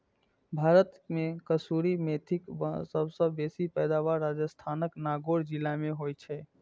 भारत मे कसूरी मेथीक सबसं बेसी पैदावार राजस्थानक नागौर जिला मे होइ छै